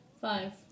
Five